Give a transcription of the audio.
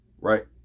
right